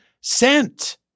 sent